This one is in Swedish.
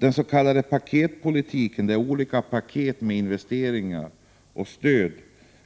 Den s.k. paketpolitiken — alltså att olika paket med investeringar och stöd